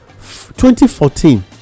2014